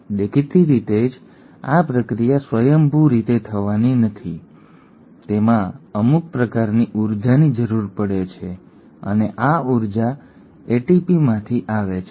દેખીતી રીતે જ આ પ્રક્રિયા સ્વયંભૂ રીતે થવાની નથી તેમાં અમુક પ્રકારની ઊર્જાની જરૂર પડે છે અને આ ઊર્જા એટીપીમાંથી આવે છે